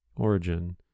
Origin